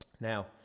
Now